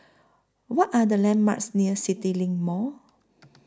What Are The landmarks near CityLink Mall